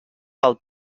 pel